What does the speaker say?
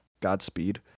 Godspeed